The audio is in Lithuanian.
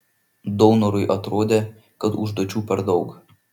daunorui atrodė kad užduočių per daug